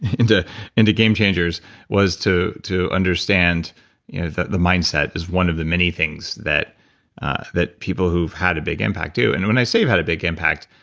into into game changers was to to understand you know the the mindset as one of the many things that that people who've had a big impact do. and when i say you've had a big impact,